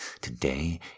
Today